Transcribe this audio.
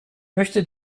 möchte